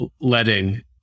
letting